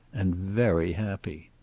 and very happy.